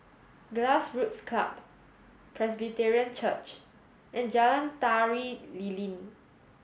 Grassroots Club Presbyterian Church and Jalan Tari Lilin